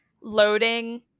loading